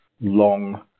long